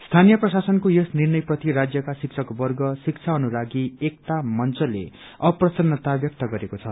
स्थानीय प्रशासनको यस निर्णयप्रति राज्यका शिक्षकवर्ग शिक्षानुरागी एकता मंचले अप्रसत्रता व्यक्त गरेको छ